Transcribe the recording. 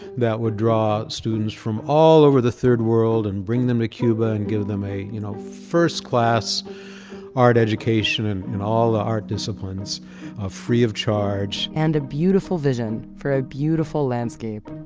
that would draw students from all over the third world and bring them to cuba and give them a you know first-class art education, and in all the ah art disciplines ah free of charge and a beautiful vision, for a beautiful landscape,